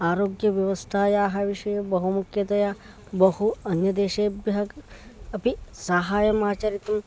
आरोग्यव्यवस्थायाः विषये बहु मुख्यतया बहु अन्यदेशेभ्यः अपि साहायमाचरितुम्